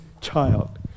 child